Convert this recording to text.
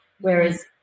whereas